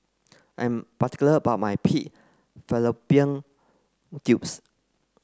I'm particular about my pig fallopian tubes